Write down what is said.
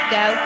go